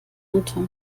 unter